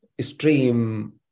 stream